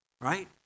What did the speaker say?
right